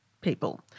people